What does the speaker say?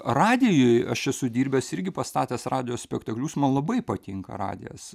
radijuj aš esu dirbęs irgi pastatęs radijo spektaklius man labai patinka radijas